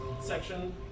section